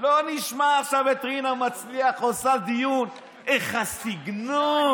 לא נשמע עכשיו את רינה מצליח עושה דיון: איך הסגנון,